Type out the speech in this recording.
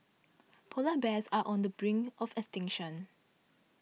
Polar Bears are on the brink of extinction